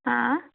हा